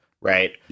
right